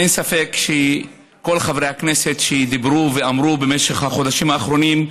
אין ספק שכל חברי הכנסת שדיברו במשך החודשים האחרונים,